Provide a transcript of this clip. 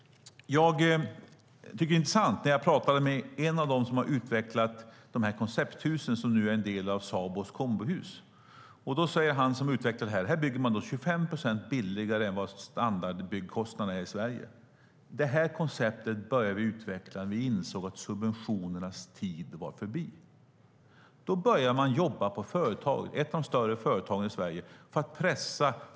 Det var intressant att tala med en av dem som har utvecklat de koncepthus som nu är en del av Sabos Kombohus. Han berättade att man bygger 25 procent billigare än vad standardbyggkostnaderna i Sverige är. Det konceptet började de utveckla när de insåg att subventionernas tid var förbi. Då började man på ett av de större företagen i Sverige att jobba för att pressa kostnaderna.